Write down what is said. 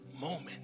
moment